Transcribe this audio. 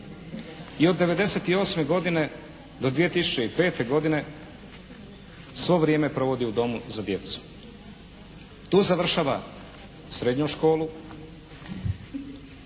i od '98. godine do 2005. godine svo vrijeme provodi u Domu za djecu. Tu završava srednju školu